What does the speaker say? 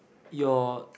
your